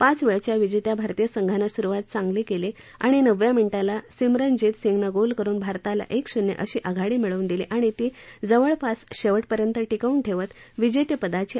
पाच वेळच्या विजेत्या भारतीय संघानं सुरुवात तर चांगली केली आणि नवव्या मिनिटाला सिमरनजीतसिंगनं गोल करून भारताला एक शून्य अशी आघाडी मिळवून दिली आणि ती जवळपास शेवटपर्यंत टिकवून ठेवत विजेतेपदाची आशाही निर्माण केली